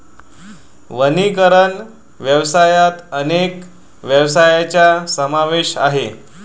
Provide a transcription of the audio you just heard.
वनीकरण व्यवसायात अनेक व्यवसायांचा समावेश आहे